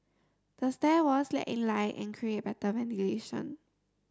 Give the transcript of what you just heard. the stair walls let in light and create better ventilation